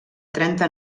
trenta